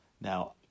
Now